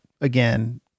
again